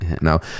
Now